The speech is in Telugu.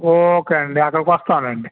ఓకే అండి అక్కడికి వస్తాము లేండి